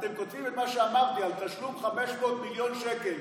אתם כותבים את מה שאמרתי על תשלום 500 מיליון שקל